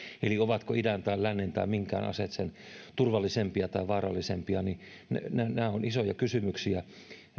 eli ovatko idän tai lännen tai minkään aseet sen turvallisempia tai vaarallisempia nämä ovat isoja kysymyksiä